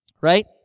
Right